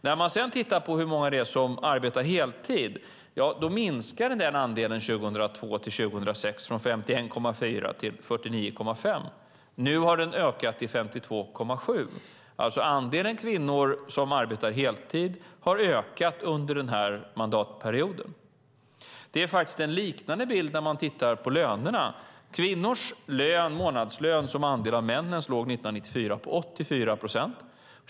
När man sedan tittar på hur många som arbetar heltid framgår det att den andelen minskade 2002-2006 från 51,4 procent till 49,5 procent. Nu har den ökat till 52,7 procent. Andelen kvinnor som arbetar heltid har alltså ökat under denna mandatperiod. Det är faktiskt en liknande bild när man tittar på lönerna. Kvinnors månadslön som andel av männens låg 1994 på 84 procent.